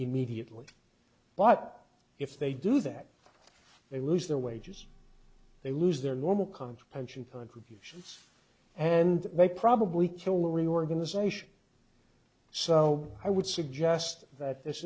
immediately but if they do that they lose their wages they lose their normal contra pension contributions and they probably kill the reorganization so i would suggest that this